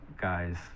guys